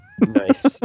Nice